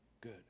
Good